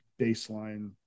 baseline